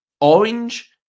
orange